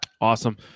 awesome